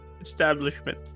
establishment